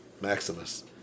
Maximus